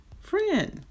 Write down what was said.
friend